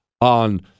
On